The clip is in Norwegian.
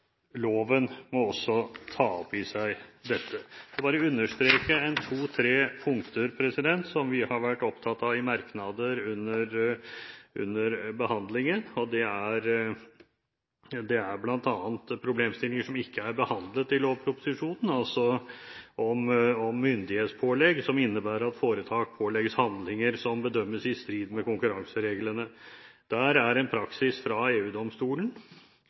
loven må også ta opp i seg dette. Jeg vil bare understreke to, tre punkter som vi har vært opptatt av i merknader under behandlingen. Det er bl.a. problemstillinger som ikke er behandlet i lovproposisjonen – om myndighetspålegg som innebærer at foretak pålegges handlinger som bedømmes i strid med konkurransereglene. Der er praksis fra